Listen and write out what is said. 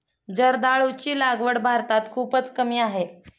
जर्दाळूची लागवड भारतात खूपच कमी आहे